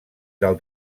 del